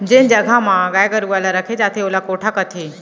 जेन जघा म गाय गरूवा ल रखे जाथे ओला कोठा कथें